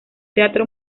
teatro